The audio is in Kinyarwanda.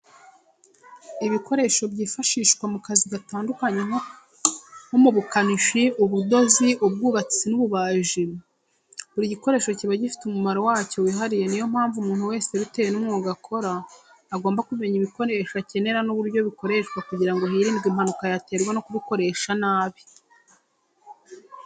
Ibikoresho byifashishwa mu kazi gatandukanye nko mu bukanishi ,ubudozi ,ubwubatsi n'ububajii, buri gikoresho kiba gifite umumaro wacyo wihariye niyo mpamvu umuntu wese bitewe n'umwuga akora agomba kumenya ibikoresho akenera n'uburyo bikoreshwa kugirango hirindwe impanuka yaterwa no kubikoresha nabi.